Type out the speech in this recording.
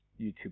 YouTube